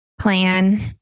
plan